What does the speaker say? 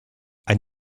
ein